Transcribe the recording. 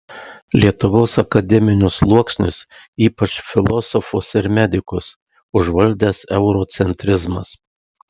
lietuvos akademinius sluoksnius ypač filosofus ir medikus užvaldęs eurocentrizmas